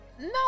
No